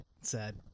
Sad